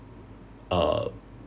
err